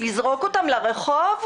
לזרוק אותם לרחוב?